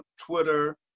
Twitter